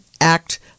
Act